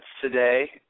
today